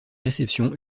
réceptions